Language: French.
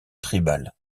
tribal